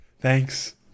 Thanks